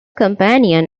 companion